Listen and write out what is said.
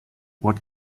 what